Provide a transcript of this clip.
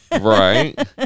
Right